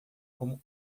como